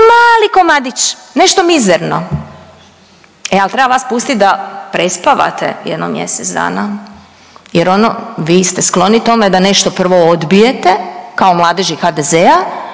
mali komadić, nešto mizerno. E ali treba vas pustiti da prespavate jedno mjesec dana jer ono vi ste skloni tome da nešto prvo odbijete kao mladeži HDZ-a,